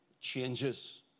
changes